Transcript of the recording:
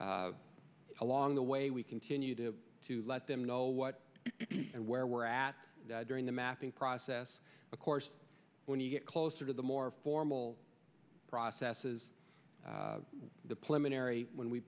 along the way we continue to let them know what and where we're at during the mapping process of course when you get closer to the more formal processes the